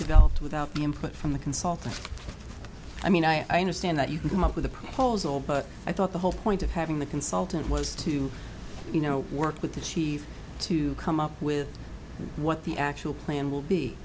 developed without the input from the consultant i mean i understand that you can come up with a proposal but i thought the whole point of having the consultant was to you know work with the chief to come up with what the actual plan will be